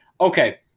Okay